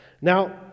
Now